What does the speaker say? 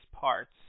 parts